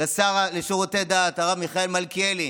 לשר לשירותי דת, השר מיכאל מלכיאלי,